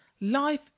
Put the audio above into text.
Life